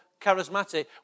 charismatic